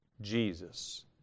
Jesus